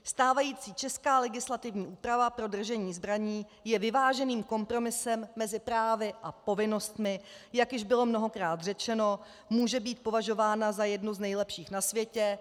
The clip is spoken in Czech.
Stávající česká legislativní úprava pro držení zbraní je vyváženým kompromisem mezi právy a povinnostmi, jak již bylo mnohokrát řečeno, může být považována za jednu z nejlepších na světě.